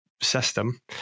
system